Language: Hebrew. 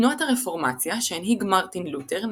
תנועת הרפורמציה שהנהיג מרטין לותר,